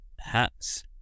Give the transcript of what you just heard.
hats